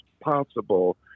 possible